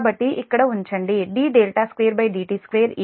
కాబట్టి ఇక్కడ ఉంచండి d2dt2 Pi -Pe అంటే ఇది MW